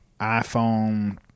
iPhone